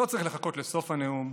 לא צריך לחכות לסוף הנאום,